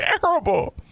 terrible